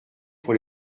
pour